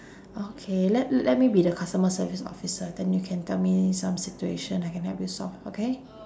okay let let me be the customer service officer then you can tell me some situation I can help you solve okay